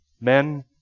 Men